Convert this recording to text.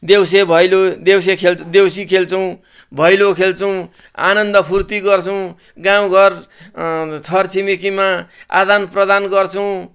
देउसे भैलो देउसे खेल देउसी खेल्छौँ भैलो खेल्छौँ आनन्द फुर्ति गर्छौँ गाउँ घर छर छिमेकीमा आदान प्रदान गर्छौँ